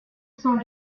sans